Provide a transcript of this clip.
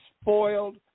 spoiled